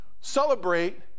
Celebrate